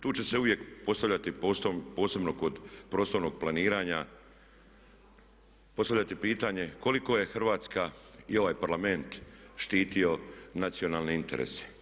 Tu će se uvijek ostavljati prostor posebno kod prostornog planiranja i postavljati pitanje koliko je Hrvatska i ovaj Parlament štitio nacionalne interese?